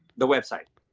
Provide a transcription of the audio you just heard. the website.